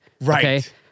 Right